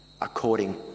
according